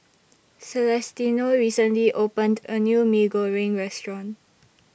Celestino recently opened A New Mee Goreng Restaurant